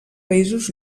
països